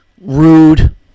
rude